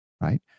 right